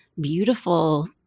beautiful